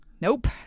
Nope